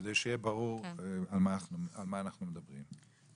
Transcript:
כדי שיהיה ברור על מה אנחנו מדברים.